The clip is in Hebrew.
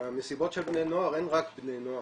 במסיבות של בני נוער אין רק בני נוער,